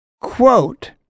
Quote